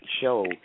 show